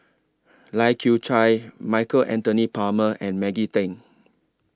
Lai Kew Chai Michael Anthony Palmer and Maggie Teng